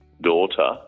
daughter